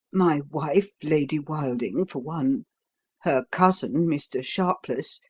my wife, lady wilding, for one her cousin, mr. sharpless,